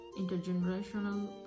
intergenerational